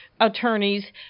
attorneys